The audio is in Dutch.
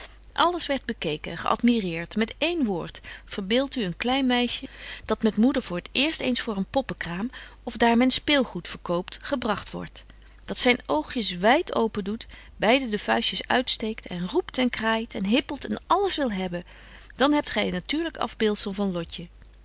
alles werdt bekeken geadmireert met één woord verbeeldt u een klein meisje dat met moeder voor t eerst eens voor een poppenkraam of daar men speelgoed verkoopt gebragt wordt dat zyn oogjes wyd open doet beide de vuistjes uitsteekt en roept en kraait en hippelt en alles wil hebben dan hebt gy een natuurlyk afbeeldzel van lotje